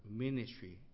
ministry